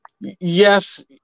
yes